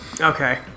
okay